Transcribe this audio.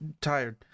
tired